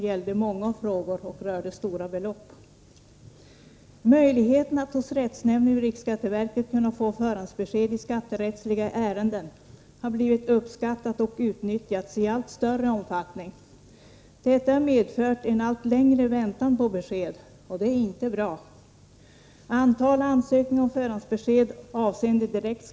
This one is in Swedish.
Syftet var att få ett bidrag till verksamheten och att förhindra missbruk av frågerätten, vilket framgår av proposition 1951:64, som ledde till inrättande av denna nya service.